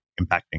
impacting